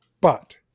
but-